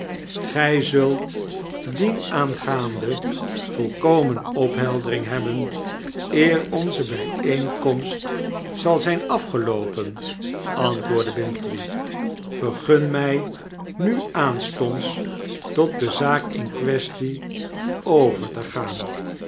zult dienaangaande volkomen opheldering hebben eer onze bpenkomst zal zp afgeloopen antwoordde bintrey vergun my nu aanstonds tot de zaak in kwestie over te gaan